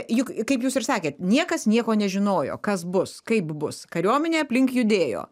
juk kaip jūs ir sakėt niekas nieko nežinojo kas bus kaip bus kariuomenė aplink judėjo